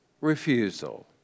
refusal